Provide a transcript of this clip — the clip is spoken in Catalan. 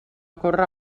corre